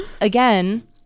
again